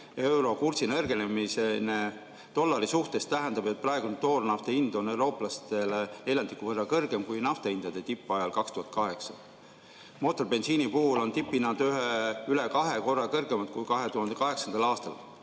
Euro kursi nõrgenemine dollari suhtes tähendab, et praegune toornafta hind on eurooplastele neljandiku võrra kõrgem kui naftahindade tippajal 2008. Mootoribensiini puhul on tipphinnad üle kahe korra kõrgemad kui 2008. aastal.